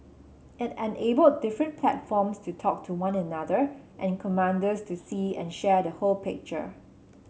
it enabled different platforms to talk to one another and commanders to see and share the whole picture